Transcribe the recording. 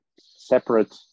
separate